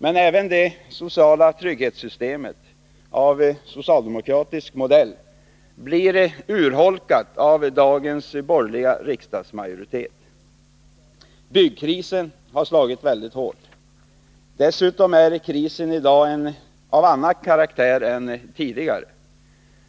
Men även det sociala trygghetssystemet, av socialdemokratisk modell, blir urholkat av dagens borgerliga riksdagsmajoritet. Byggkrisen har slagit väldigt hårt. Dessutom är krisen i dag av en annan karaktär än tidigare.